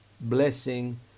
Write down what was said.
blessing